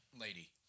lady